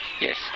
Yes